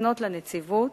לפנות לנציבות,